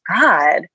God